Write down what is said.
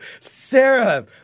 Sarah